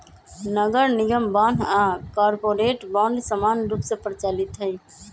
नगरनिगम बान्ह आऽ कॉरपोरेट बॉन्ड समान्य रूप से प्रचलित हइ